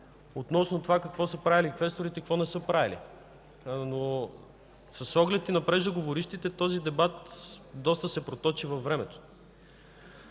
относно това какво са правили квесторите и какво не са правили, но с оглед и на преждеговорившите този дебат доста се проточи във времето.